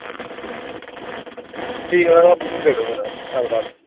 ठीक ऐ सप बुक करो ऐतवार